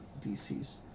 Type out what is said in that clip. DCs